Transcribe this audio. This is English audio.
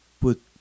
put